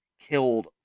killed